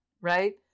right